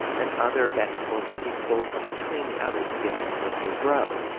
and other vegetables that he's pulled from between the others to give them room to grow.